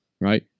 right